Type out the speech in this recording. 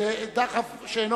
דחף שאינו